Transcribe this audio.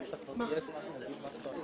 60% מהבעיה,